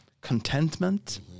contentment